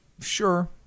sure